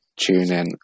TuneIn